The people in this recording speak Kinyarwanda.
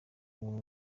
ubu